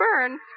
burn